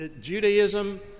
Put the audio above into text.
Judaism